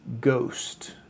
Ghost